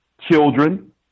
children